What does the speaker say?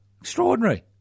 Extraordinary